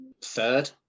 third